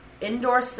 indoor